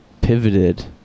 pivoted